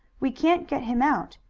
we can't get him out.